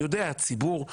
יודע הציבור,